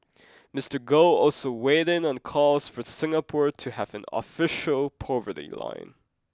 Mister Goh also weighed in on calls for Singapore to have an official poverty line